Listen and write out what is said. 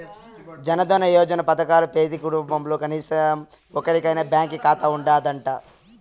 జనదన యోజన పదకంల పెతీ కుటుంబంల కనీసరం ఒక్కోరికైనా బాంకీ కాతా ఉండాదట